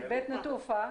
בית נטופה,